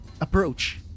Approach